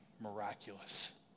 miraculous